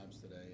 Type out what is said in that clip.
today